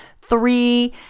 three